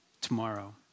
tomorrow